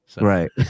Right